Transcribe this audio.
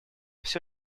все